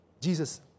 Jesus